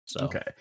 Okay